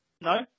No